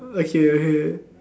okay okay